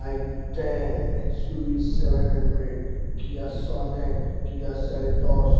I ten X U V seven hundred Kia Sonet Kia Seltos